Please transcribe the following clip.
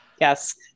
Yes